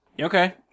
Okay